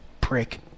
Prick